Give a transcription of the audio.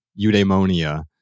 eudaimonia